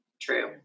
True